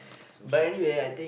so so uh